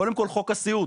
קודם כל, חוק הסיעוד,